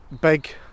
big